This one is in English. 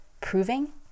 proving